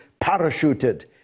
parachuted